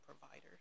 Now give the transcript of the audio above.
providers